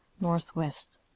northwest